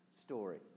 story